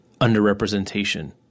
underrepresentation